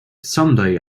someday